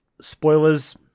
spoilers